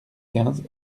quinze